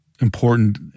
important